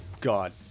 God